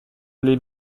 les